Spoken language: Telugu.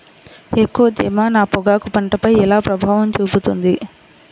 ఎక్కువ తేమ నా పొగాకు పంటపై ఎలా ప్రభావం చూపుతుంది?